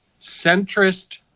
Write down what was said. centrist